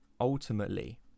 ultimately